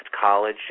college